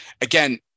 Again